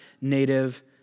native